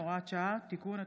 הוראת שעה) (תיקון),